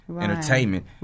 entertainment